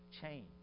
change